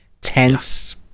tense